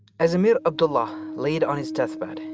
as emir abdullah laid on his deathbed,